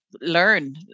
learn